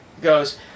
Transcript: goes